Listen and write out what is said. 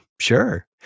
sure